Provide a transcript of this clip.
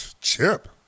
Chip